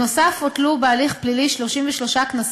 נוסף על כך הוטלו בהליך הפלילי 33 קנסות